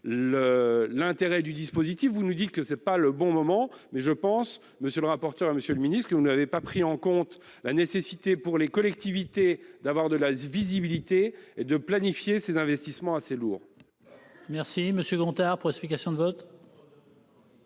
l'intérêt du dispositif, vous nous répondez que ce n'est pas le bon moment. Il me semble pourtant, monsieur le rapporteur général, monsieur le ministre, que vous n'avez pas pris en compte la nécessité pour les collectivités d'avoir de la visibilité pour planifier ces investissements assez lourds. La parole est à M. Guillaume Gontard, pour explication de vote.